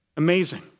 amazing